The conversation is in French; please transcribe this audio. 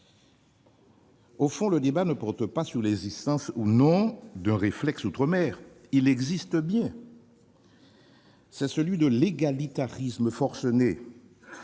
Au fond, le débat ne porte pas sur l'existence ou non d'un réflexe outre-mer. Il existe bien : c'est celui de l'égalitarisme forcené.